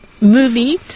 movie